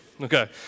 okay